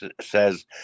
says